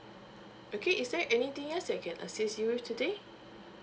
okay is there anything else I can assist you today